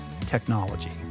technology